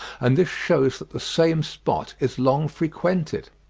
and this shews that the same spot is long frequented.